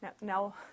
Now